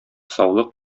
саулык